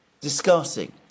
discussing